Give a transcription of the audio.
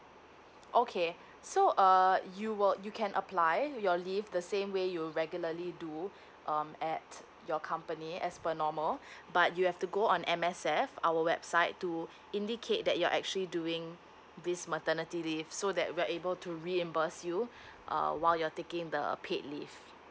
okay so err you will you can apply your leave the same way you regularly do um at your company as per normal but you have to go on M_S_F our website to indicate that you're actually doing this maternity leave so that we are able to reimburse you err while you're taking the err paid leave